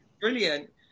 Brilliant